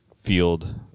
field